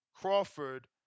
Crawford